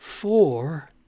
Four